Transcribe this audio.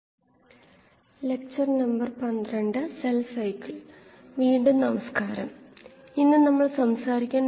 bio റിയാക്ടറുകളെക്കുറിച്ചുള്ള 12ആമത്തെ NPTEL online certification കോഴ്സിലേക്ക് സ്വാഗതം